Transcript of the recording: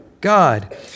God